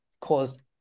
caused